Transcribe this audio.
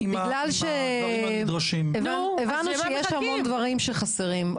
הבנו שיש המון דברים שחסרים,